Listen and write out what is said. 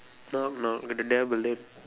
knock knock got the devil lid